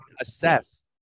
assess